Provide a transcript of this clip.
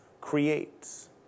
creates